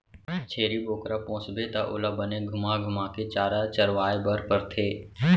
छेरी बोकरा पोसबे त ओला बने घुमा घुमा के चारा चरवाए बर परथे